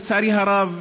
לצערי הרב,